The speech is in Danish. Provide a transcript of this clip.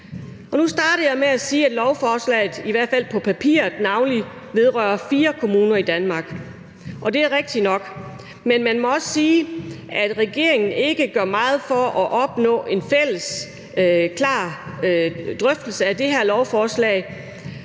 Nu startede jeg med at sige, at lovforslaget i hvert fald på papiret navnlig vedrører 4 kommuner i Danmark, og det er rigtigt nok, men man må også sige, at regeringen ikke gør meget for at opnå en fælles klar drøftelse af det her lovforslag,